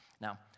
Now